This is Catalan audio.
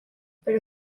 però